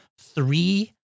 three